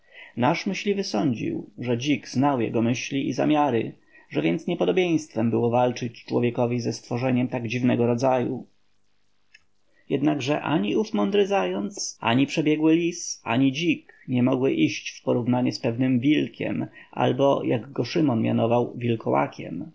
nasz myśliwy sądził że dzik znał jego myśli i zamiary że więc niepodobieństwem było walczyć człowiekowi ze stworzeniem tak dziwnego rodzaju jednakże ani ów mądry zając ani przebiegły lis ani dzik nie mogły iść w porównanie z pewnym wilkiem albo jak go szymon mianował wilkołakiem